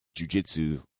jujitsu